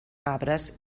cabres